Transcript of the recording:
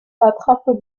attrape